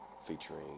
featuring